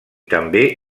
també